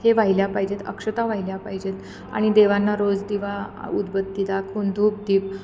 हे व्हायल्या पाहिजेत अक्षता व्हायल्या पाहिजेत आणि देवांना रोज दिवा उदबत्ती दाखवून धूपदीप